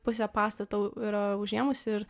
pusę pastato yra užėmus ir